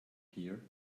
here